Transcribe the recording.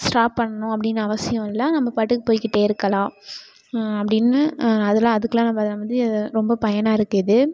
stop பண்ணணும் அப்படின்னு அவசியம் இல்லை நம்ம பாட்டுக்கு போய்க்கிட்டே இருக்கலாம் அப்படின்னு அதெல்லாம் அதுக்கெல்லாம் நம்ம வந்து ரொம்ப பயனாக இருக்குது